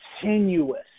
continuous